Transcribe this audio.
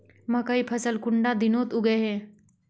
मकई फसल कुंडा दिनोत उगैहे?